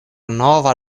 nova